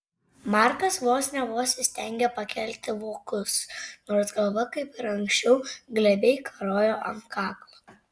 markas vos ne vos įstengė pakelti vokus nors galva kaip ir anksčiau glebiai karojo ant kaklo